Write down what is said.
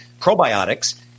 probiotics